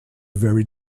very